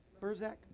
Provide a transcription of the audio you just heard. Burzak